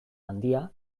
handia